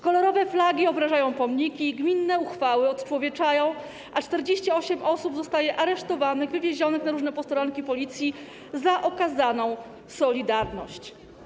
Kolorowe flagi obrażają pomniki, gminne uchwały odczłowieczają, a 48 osób zostaje aresztowanych i wywiezionych na różne posterunki Policji za okazaną solidarność.